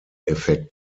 effekt